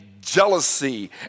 jealousy